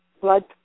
blood